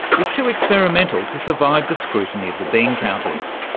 was too experimental to survive the scrutiny of the bean-counters.